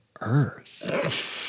earth